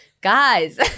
guys